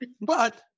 But-